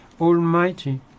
almighty